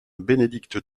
bénédicte